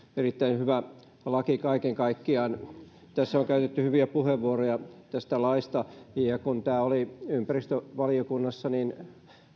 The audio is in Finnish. erittäin hyvä laki kaiken kaikkiaan täällä on käytetty hyviä puheenvuoroja tästä laista ja kun tämä oli ympäristövaliokunnassa niin